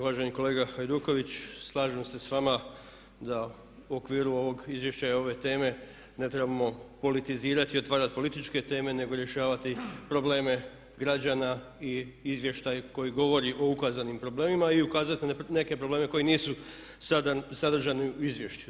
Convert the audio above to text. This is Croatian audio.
Uvaženi kolega Hajduković, slažem se sa vama da u okviru ovog izvješća i ove teme ne trebamo politizirati i otvarati političke teme, nego rješavati probleme građana i izvještaj koji govori o ukazanim problemima i ukazati na neke probleme koji nisu sada sadržani u izvješću.